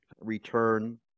return